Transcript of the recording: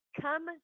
Come